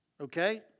Okay